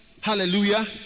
Hallelujah